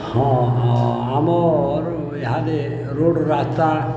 ହଁ ଆମର୍ ଇହାଦେ ରୋଡ଼୍ ରାସ୍ତା